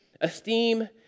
esteem